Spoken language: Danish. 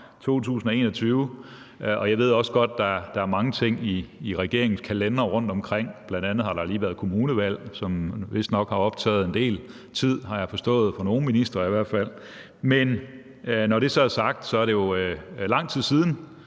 2021. Jeg ved også godt, at der i regeringens kalendere er mange ting rundtomkring, bl.a. har der lige været kommunevalg, som vist nok har optaget en del tid, har jeg forstået, i hvert fald for nogle ministres vedkommende, men når det så er sagt, er det jo lang tid siden,